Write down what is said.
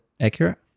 accurate